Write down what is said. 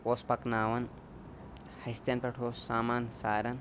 اوس پَکناوان ہستٮ۪ن پیٹھ اوس سامان ساران